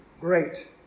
great